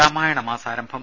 Ramayana മാസാരംഭം